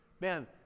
man